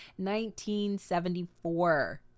1974